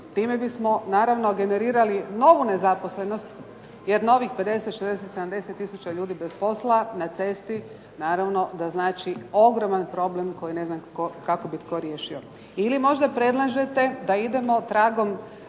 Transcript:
time bismo naravno generirali novu nezaposlenost jer novih 50, 60, 70000 ljudi bez posla, na cesti naravno da znači ogroman problem koji ne znam kako bi tko riješio. Ili možda predlažete da idemo tragom